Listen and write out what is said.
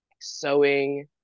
sewing